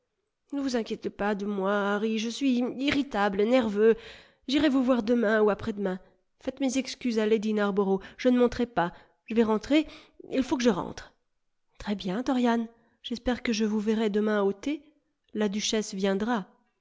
ne vous inquiétez pas de moi harry je suis irritable nerveux j'irai vous voir demain ou après demain faites mes excuses à lady narborough je ne monterai pas je vais rentrer il faut que je rentre très bien dorian j'espère que je vous verrai demain au thé la duchesse viendra